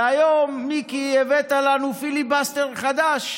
והיום, מיקי, הבאת לנו פיליבסטר חדש: